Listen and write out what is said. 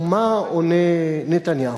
ומה עונה נתניהו?